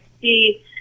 see